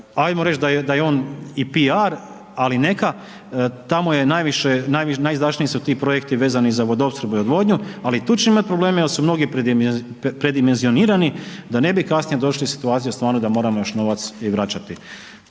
ajmo reć da je on i piar, ali neka, tamo je najviše, najizdašniji su ti projekti vezani za Vodoopskrbu i odvodnju, ali tu će imat probleme jel su mnogi predimenzionirani da ne bi kasnije došli u situaciju da stvarno da moramo novac još i vraćati.